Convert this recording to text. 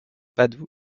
padoue